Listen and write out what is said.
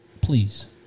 Please